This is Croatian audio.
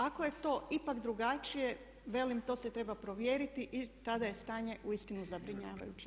Ako je to ipak drugačije velim to se treba provjeriti i tada je stanje uistinu zabrinjavajuće.